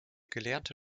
gelernte